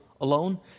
alone